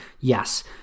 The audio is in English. Yes